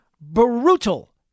brutal